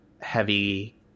heavy